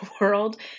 world